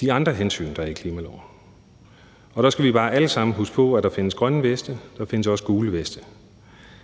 de andre hensyn, der er i klimaloven. Og der skal vi bare alle sammen huske på, at der findes grønne veste, og der findes også gule veste,